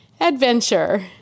adventure